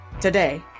Today